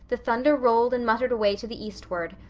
the thunder rolled and muttered away to the eastward,